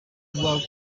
work